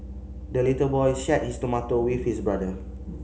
the little boy shared his tomato with his brother